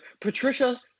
Patricia